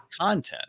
content